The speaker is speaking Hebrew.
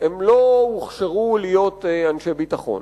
לא הוכשרו להיות אנשי ביטחון.